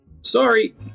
sorry